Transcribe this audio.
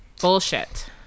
Bullshit